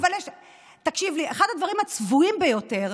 תקשיב לי, אחד הדברים הצבועים ביותר,